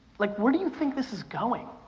like, where do you think this is going?